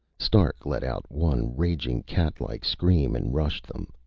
stark let out one raging catlike scream, and rushed them.